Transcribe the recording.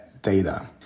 data